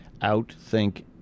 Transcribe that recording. outthink